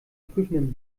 prüfenden